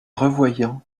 revoyant